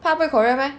怕不会 korean meh